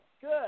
Good